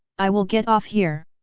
i will get off here!